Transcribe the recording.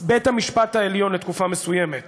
תקופה מסוימת